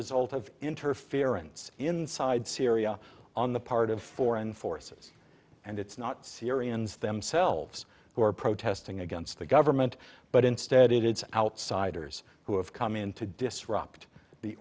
result of interference inside syria on the part of foreign forces and it's not syrians themselves who are protesting against the government but instead it is outsiders who have come in to disrupt the